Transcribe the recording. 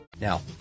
now